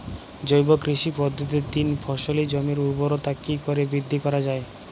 জৈব কৃষি পদ্ধতিতে তিন ফসলী জমির ঊর্বরতা কি করে বৃদ্ধি করা য়ায়?